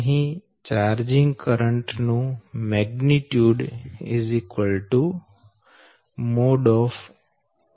અહી charging current નું પરિમાણ Ichg CanVLN છે